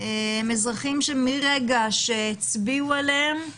אזרחים שמרגע שהצביעו עליהם,